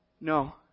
No